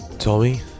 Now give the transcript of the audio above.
Tommy